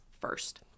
first